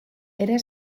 era